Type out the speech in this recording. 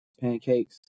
pancakes